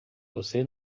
você